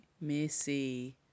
Missy